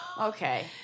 Okay